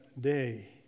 day